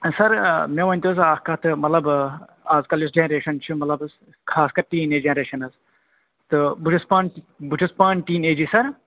سَر مےٚ ؤنۍتو حظ اَکھ کَتھٕ مطلب آز کَل یۄس جَنریشَن چھِ مطلب حظ خاص کَر ٹیٖنیج جَنریشَن حظ تہٕ بہٕ چھُس پان بہٕ چھُس ٹیٖنیجی سَر